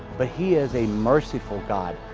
but he is a merciful god,